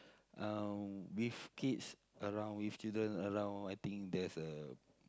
uh with kids around with children around I think there's a